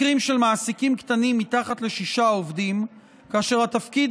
מקרים של מעסיקים קטנים מתחת לשישה עובדים כאשר התפקיד